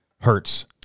hurts